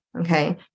Okay